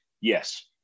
yes